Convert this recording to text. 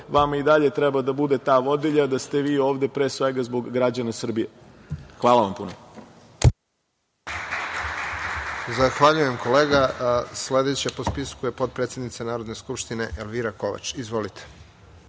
vama i dalje treba da bude ta vodilja da ste vi ovde, pre svega, zbog građana Srbije. Hvala vam puno.